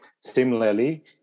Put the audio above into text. Similarly